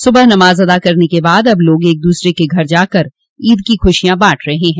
सुबह नमाज अदा करने के बाद अब लोग एक दूसरे के घर पर जाकर ईद की खुशियां बॉट रहे हैं